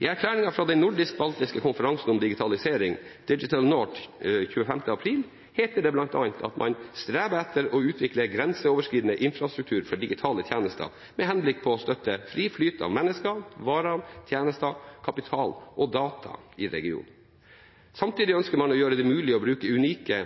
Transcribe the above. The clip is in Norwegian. I erklæringen fra den nordisk-baltiske konferansen om digitalisering, Digital North, den 25. april heter det bl.a. at man streber etter å utvikle en grenseoverskridende infrastruktur for digitale tjenester med henblikk på å støtte fri flyt av mennesker, varer, tjenester, kapital og data i regionen. Samtidig ønsker man å gjøre det mulig å bruke unike